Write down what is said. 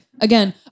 again